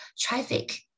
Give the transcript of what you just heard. traffic